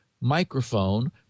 microphone